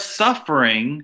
suffering